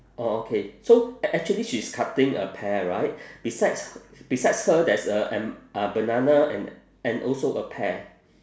orh okay so act~ actually she is cutting a pear right besides besides her there's a and uh banana and and also a pear